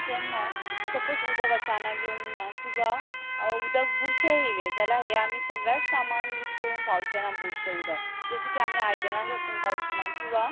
तेन्ना सपोज उदक अचानक येवंक ना किंवा उदक बुरशें येयलें जाल्यार आमी सगळ्याच कामांक यूज करूंक पावचें ना बुरशें उदक जशें की आमी आयदनां घासूंक पावचीं ना किंवा